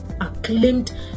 acclaimed